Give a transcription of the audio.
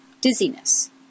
dizziness